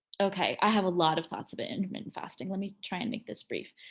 okay, i have a lot of thoughts about intermittent fasting. let me try and make this brief.